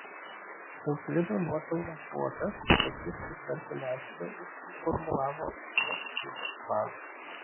euklido nuopelnas buvo tas kad jis sutvarkė medžiagą ir suformulavo visos knygos planą